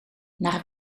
naar